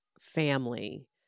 family